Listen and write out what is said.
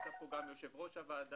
נמצא פה יושב ראש הוועדה,